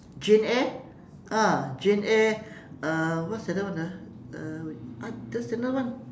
jane eyre ah jane eyre uh what's the other one ah uh wait there's another one